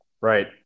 Right